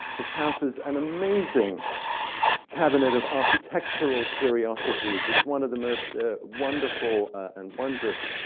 his house is an amazing cabinet of architectural curiosities. it's one of the most wonderful and wondrous,